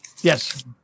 Yes